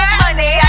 money